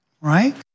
right